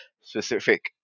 specific